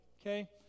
okay